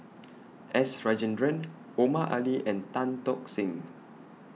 S Rajendran Omar Ali and Tan Tock Seng